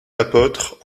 apôtre